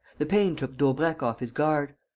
the pain took daubrecq off his guard.